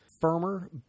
firmer